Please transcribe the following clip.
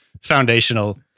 foundational